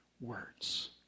words